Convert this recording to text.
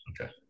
okay